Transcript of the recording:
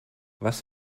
was